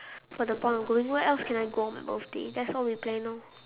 for the point of going where else can I go on my birthday that's all we plan orh